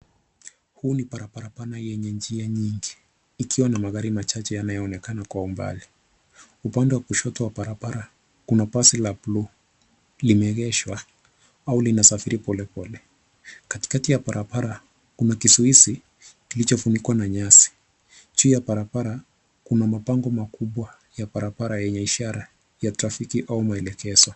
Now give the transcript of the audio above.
Huu ni barabara yenye njia nyingi ikiwa na magari chache yanayoonekana kwa mbali. Upande wa kushoto wa barabara kuna basi la blue limeegeshwa au linasafiri polepole. Katikati ya barabara kuna kizuizi kilichofunikwa na nyasi. Juu ya barabara kuna mabango makubwa ya barabara yenye ishara ya trafiki au muelekezo.